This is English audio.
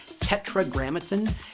Tetragrammaton